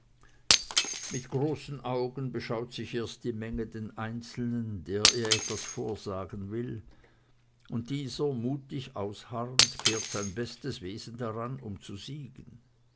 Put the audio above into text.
mit großen augen beschaut sich erst die menge den einzelnen der ihr etwas vorsagen will und dieser mutig ausharrend kehrt sein bestes wesen heraus um zu siegen